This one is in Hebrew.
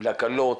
לכלות,